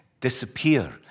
disappear